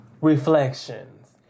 reflections